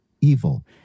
evil